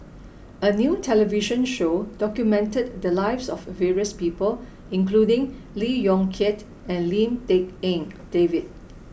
a new television show documented the lives of various people including Lee Yong Kiat and Lim Tik En David